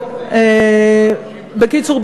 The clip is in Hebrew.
בקיצור,